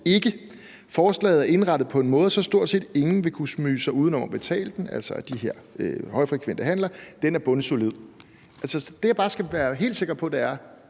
er forslaget indrettet på en måde, så stort set ingen vil kunne smyge sig uden om at betale den« – altså af de her højfrekvente handler – »Den er bundsolid.« Det, jeg bare skal være helt sikker på, er,